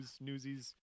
newsies